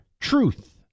truth